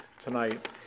tonight